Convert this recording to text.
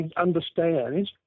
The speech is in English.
understands